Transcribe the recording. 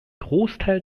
großteil